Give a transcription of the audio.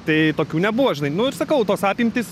tai tokių nebuvo žinai nu ir sakau tos apimtys